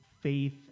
faith